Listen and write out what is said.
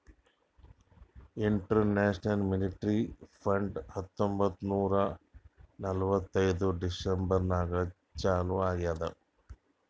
international monetary fund ಹತ್ತೊಂಬತ್ತ್ ನೂರಾ ನಲ್ವತ್ತೈದು ಡಿಸೆಂಬರ್ ನಾಗ್ ಚಾಲೂ ಆಗ್ಯಾದ್